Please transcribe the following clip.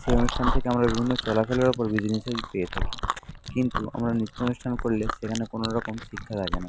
সেই অনুষ্ঠান থেকে আমরা বিভিন্ন চলা ফেরার ওপর বিধি নিষেধ পেয়ে থাকি কিন্তু আমরা নৃত্য অনুষ্ঠান করলে সেখানে কোনো রকম শিক্ষা লাগে না